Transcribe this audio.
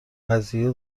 قضیه